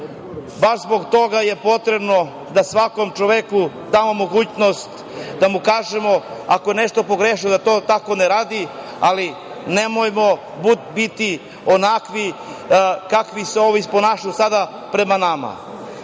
zbog toga je potrebno da svakom čoveku damo mogućnost da mu kažemo ako je nešto pogrešio da to tako ne radi, ali nemojmo biti onakvi kako se oni ponašaju sada prema nama. Isto